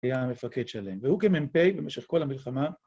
היה המפקד שלהם, והוא כמ"פ במשך כל המלחמה.